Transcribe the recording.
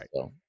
right